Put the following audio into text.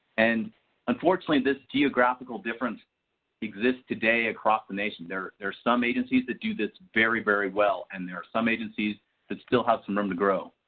and unfortunately, this geographical different exist today across the nation. there are some agencies that do this very, very well and there some agencies that still have some room to grow.